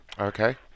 Okay